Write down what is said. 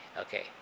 Okay